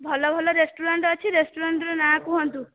ଭଲ ଭଲ ରେଷ୍ଟୁରାଣ୍ଟ୍ ଅଛି ରେଷ୍ଟୁରାଣ୍ଟ୍ର ନାଁ କୁହନ୍ତୁ